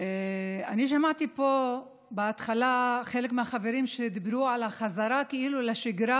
אני שמעתי פה בהתחלה חלק מהחברים שדיברו על החזרה כאילו לשגרה